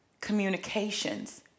communications